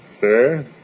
Sir